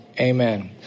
amen